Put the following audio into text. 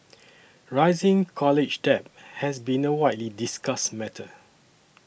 rising college debt has been a widely discussed matter